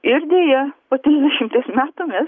ir deja po trisdešimties metų mes